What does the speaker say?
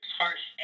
harsh